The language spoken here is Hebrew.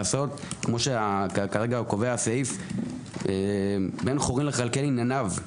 כפי שכרגע קובע הסעיף "בן חורין לכלכל ענייניו ...